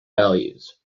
values